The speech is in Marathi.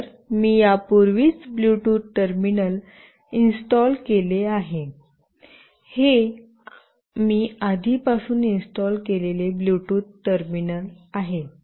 तर मी यापूर्वीच ब्लूटूथ टर्मिनल इन्स्टॉल केले आहे हे मी आधीपासून इन्स्टॉल केलेले ब्लूटूथ टर्मिनल आहे